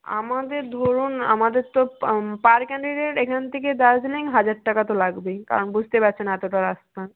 আমাদের ধরুন আমাদের তো পার ক্যান্ডিডেড এখান থেকে দার্জিলিং হাজার টাকা তো লাগবেই কারণ বুঝতেই পাচ্ছেন এতটা রাস্তা